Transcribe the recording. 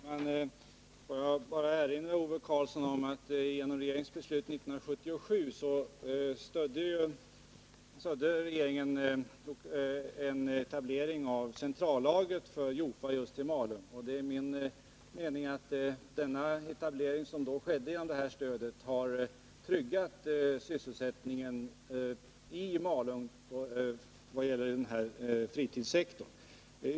Herr talman! Får jag bara erinra Ove Karlsson om att regeringen genom ett beslut 1977 stödde en lokalisering av centrallagret för Jofa just till Malung. Det är min uppfattning att den etablering som kunde ske genom detta stöd har tryggat sysselsättningen i Malung vad det gäller fritidssektorn.